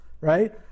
right